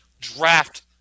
Draft